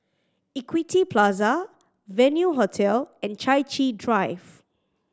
Equity Plaza Venue Hotel and Chai Chee Drive